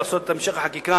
לעשות את המשך החקיקה.